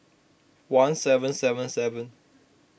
one seven seven seven